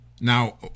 Now